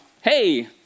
hey